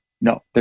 no